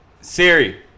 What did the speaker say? Siri